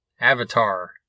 Avatar